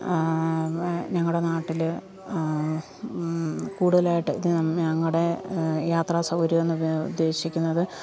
ഞങ്ങളുടെ നാട്ടിൽ കൂടുതലായിട്ട് ഞങ്ങളുടെ യാത്രാ സൗകര്യം എന്ന് ഉദ്ദേശിക്കുന്നത്